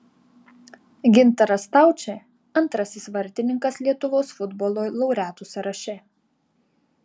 gintaras staučė antrasis vartininkas lietuvos futbolo laureatų sąraše